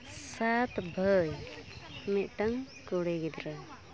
ᱥᱟᱛ ᱵᱷᱟᱹᱭ ᱢᱤᱫᱴᱟᱝ ᱠᱩᱲᱤ ᱜᱤᱫᱽᱨᱟᱹ